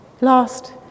Last